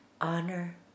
Honor